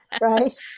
right